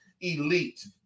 elite